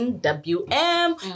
wm